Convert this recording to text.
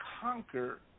conquer